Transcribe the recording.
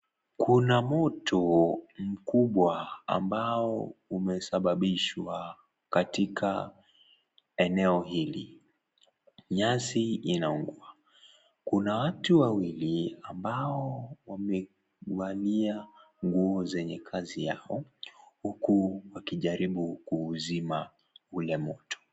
Kuna moto mkubwa ambao umesababishwa katika eneo hili, nyasi inaungua , kuna watu wawili ambao wamevalia nguo za kazi yao huku wakijarubu kuuzima ule moto.